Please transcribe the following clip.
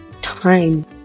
time